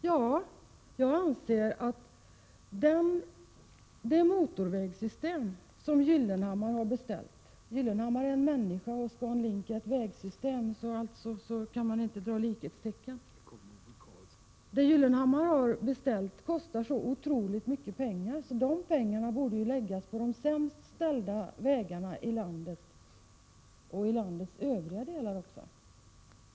Ja, jag anser att det motorvägssystem som Gyllenhammar har beställt — Gyllenhammar är en människa och ScanLink är ett vägsystem, alltså kan man inte dra likhetstecken — kostar så otroligt mycket pengar som borde läggas på de sämst ställda vägarna i landet, också i landets övriga delar.